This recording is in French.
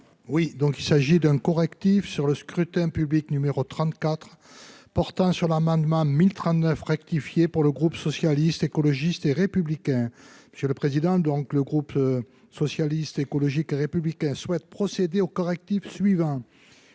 Oui, donc il s'agit d'un correctif sur le scrutin public numéro 34 portant sur l'amendement 1039 rectifié pour le groupe socialiste, écologiste et républicain, monsieur le président, donc le groupe socialiste écologique et républicain souhaite procéder aux correctifs suivants